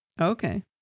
Okay